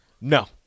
No